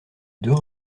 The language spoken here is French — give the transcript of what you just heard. deux